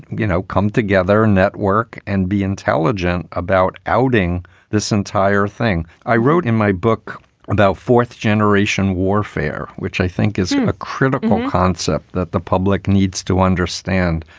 you know, come together, network and be intelligent about outing this entire thing. i wrote in my book about fourth generation warfare, which i think is a critical concept that the public needs to understand.